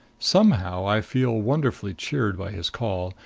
somehow i feel wonderfully cheered by his call.